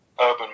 urban